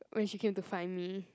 when she came to find me